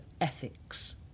ethics